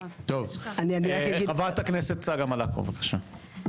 טוב, חברת הכנסת צגה מלקוב, בבקשה.